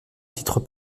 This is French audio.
titre